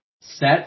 set